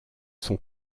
sont